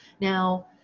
Now